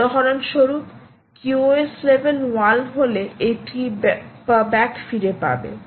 উদাহরণস্বরূপ QoS level 1 হলে একটি puback ফিরে পাবে